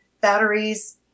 batteries